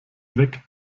weg